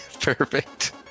perfect